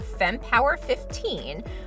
fempower15